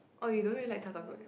or you don't really like cai-tao-kway